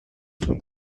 from